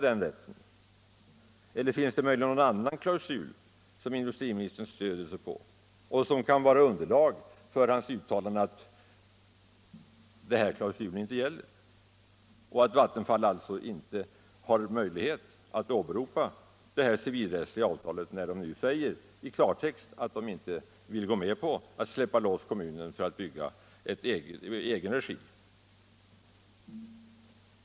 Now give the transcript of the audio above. Eller finns det möjligen någon annan klausul som industriministern stöder sig på och som kan vara underlag för hans uttalande att den här klausulen inte gäller och att Vattenfall alltså inte har möjlighet att åberopa avtalet när man nu säger i klartext att man inte vill gå med på att släppa loss kommunen att bygga i egen regi?